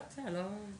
טוב, בסדר.